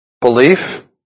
belief